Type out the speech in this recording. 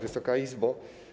Wysoka Izbo!